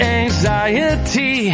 anxiety